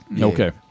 Okay